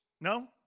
No